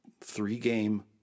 three-game